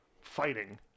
fighting